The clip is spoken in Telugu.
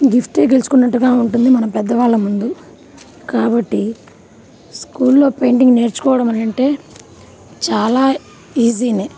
గిఫ్టే గెల్చుకున్నట్టుగా ఉంటుంది మన పెద్ద వాళ్ళ ముందు కాబట్టి స్కూల్లో పెయింటింగ్ నేర్చుకోవడం అని అంటే చాలా ఈజీనే